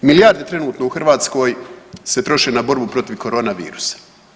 Milijarde trenutno u Hrvatskoj se troše na borbu protiv corona virusa.